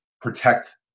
protect